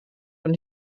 und